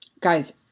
Guys